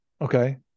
okay